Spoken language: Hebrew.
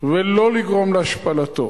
ולא לגרום להשפלתו.